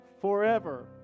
forever